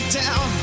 down